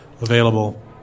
available